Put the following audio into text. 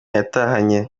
yatahanye